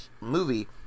movie